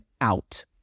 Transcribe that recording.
out